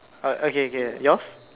oh okay K yours